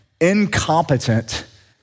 incompetent